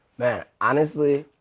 man, honestly